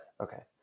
Okay